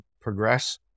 progress